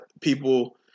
people